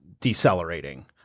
decelerating